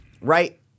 right